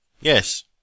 Yes